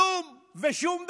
כלום ושום דבר.